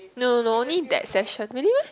no no no only that session really meh